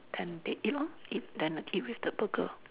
then eat you know eat then eat with the burger